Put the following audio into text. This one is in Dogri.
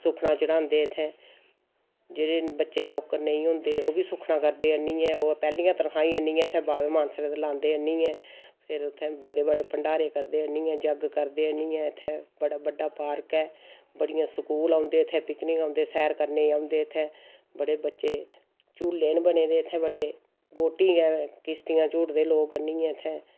सुक्खना चढ़ांदे इत्थै जेह्ड़े बच्चे नौकर नेई होंदे ओह् बी सुक्खना करदे आह्नियै पैह्ली तनखाई आह्नियै बाबा मानसर लांदे आह्नियै ते फिर उत्थै बड़े बड़े भण्डारे करदे आह्नियै जग करदे आह्नियै बड़ा बड्डा पार्क ऐ बड़े स्कूल आंदे इत्थै सैर करने गी आंदे इत्थै बड़े बच्चे झूल्ले न बने दे इत्थै बड़े वोटिंग ऐ किश्तियां झूटदे लोक बनियै इत्थै